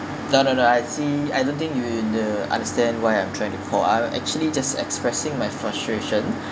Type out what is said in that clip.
no no no I see I don't think you the understand why I'm trying to call I'm actually just expressing my frustration